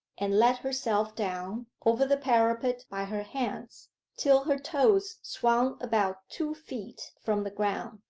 and let herself down over the parapet by her hands till her toes swung about two feet from the ground.